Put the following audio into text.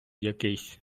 якийсь